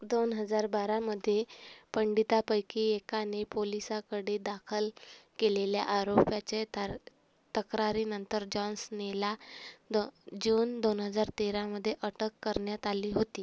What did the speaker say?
दोन हजार बारामध्ये पंडितापैकी एकाने पोलिसाकडे दाखल केलेल्या आरोपाच्या तार तक्रारीनंतर जॉन्सनेला दो जून दोन हजार तेरामध्ये अटक करण्यात आली होती